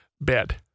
bed